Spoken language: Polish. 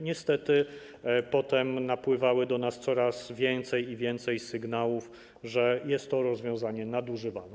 Niestety potem napływało do nas coraz więcej i więcej sygnałów, że jest to rozwiązanie nadużywane.